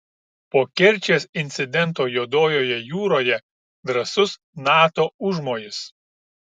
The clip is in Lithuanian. po kerčės incidento juodojoje jūroje drąsus nato užmojis